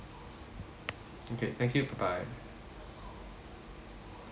okay thank you bye bye